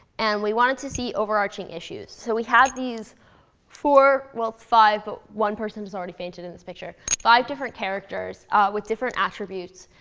and we wanted to see overarching issues. so we had these four well five, but one person has already fainted in this picture five different characters with different attributes.